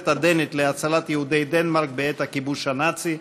הדנית להצלת יהודי דנמרק בעת הכיבוש הנאצי,